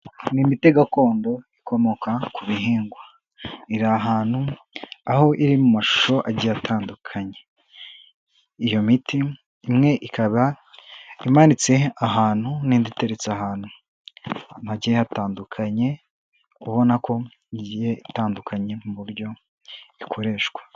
Ni imiti gakondo ikomoka ku bihingwa, iri ahantu aho iri mu mashusho agiye atandukanye. Iyo miti imwe ikaba imanitse ahantu n'indi iteretse ahantu hagiye hatandukanye ubona ko igiye itandukanye mu buryo ikoreshwa.